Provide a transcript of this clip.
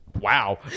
Wow